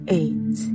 eight